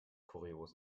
kurios